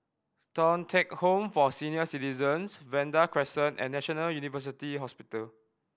Thong Teck Home for Senior Citizens Vanda Crescent and National University Hospital